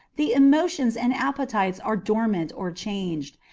the emotions and appetites are dormant or changed,